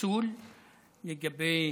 לגבי